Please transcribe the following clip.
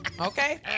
okay